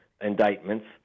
indictments